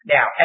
Now